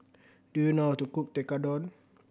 do you know how to cook Tekkadon